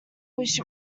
wish